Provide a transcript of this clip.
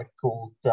called